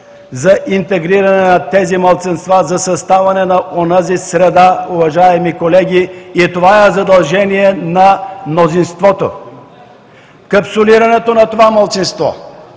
за интегриране на тези малцинства, за съставяне на онази среда, уважаеми колеги, и това е задължение на мнозинството. Капсулирането на това малцинство,